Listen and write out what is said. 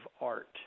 art